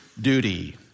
duty